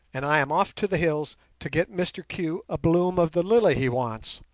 and i am off to the hills to get mr q a bloom of the lily he wants,